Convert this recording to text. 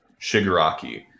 Shigaraki